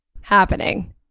happening